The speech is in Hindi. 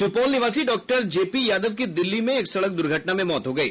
सुपौल निवासी डॉक्टर जे पी यादव की दिल्ली में एक सड़क दुर्घटना में मौत हो गयी